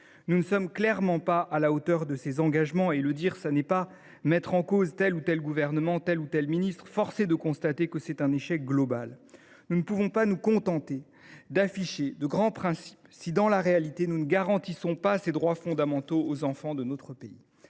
Nous ne sommes clairement pas à la hauteur de ces engagements. Le dire n’est pas mettre en cause tel ou tel gouvernement, tel ou tel ministre, car force est de constater qu’il s’agit d’un échec global. Nous ne pouvons pas nous contenter d’afficher de grands principes si, dans la réalité, nous ne garantissons pas ces droits fondamentaux aux enfants de notre pays.